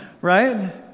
Right